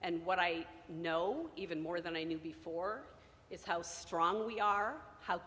and what i know even more than i knew before is how strong we are how